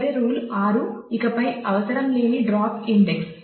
చివరి రూల్ 6 ఇకపై అవసరం లేని డ్రాప్ ఇండెక్స్